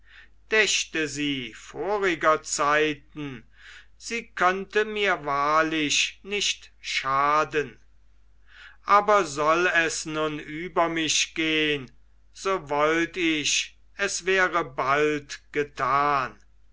dächte sie voriger zeiten sie könnte mir wahrlich nicht schaden aber soll es nun über mich gehn so wollt ich es wäre bald getan